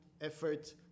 effort